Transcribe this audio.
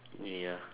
ya